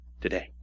today